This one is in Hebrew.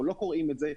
אנחנו לא קוראים את זה.